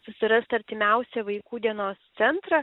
susirast artimiausią vaikų dienos centrą